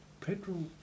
petrol